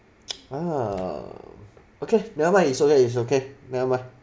ah okay never mind it's okay it's okay never mind